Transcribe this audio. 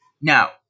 Now